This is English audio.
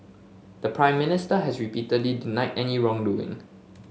the Prime Minister has repeatedly denied any wrongdoing